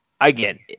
again